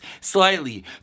slightly